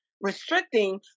restricting